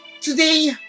today